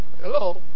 Hello